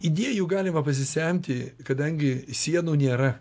idėjų galima pasisemti kadangi sienų nėra